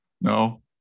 No